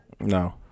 No